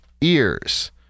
ears